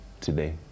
today